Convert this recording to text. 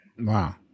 Wow